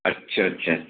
अच्छा अच्छा अच्छा